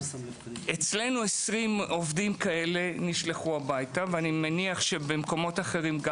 אצלנו 20 עובדים כאלה נשלחו הביתה ואני מניח שבמקומות אחרים גם